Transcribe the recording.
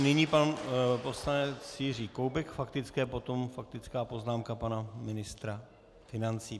Nyní pan poslanec Jiří Koubek k faktické poznámce, potom faktická poznámka pana ministra financí.